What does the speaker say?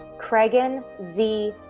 craigen z.